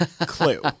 Clue